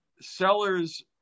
sellers